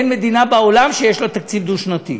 אין מדינה בעולם שיש לה תקציב דו-שנתי.